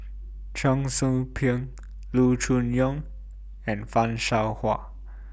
Cheong Soo Pieng Loo Choon Yong and fan Shao Hua